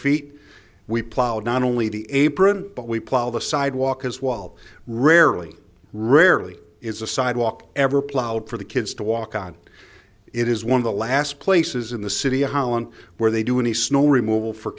feet we plowed not only the apron but we plow the sidewalk as well rarely rarely is a sidewalk ever plowed for the kids to walk on it is one of the last places in the city of holland where they do any snow removal for